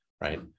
right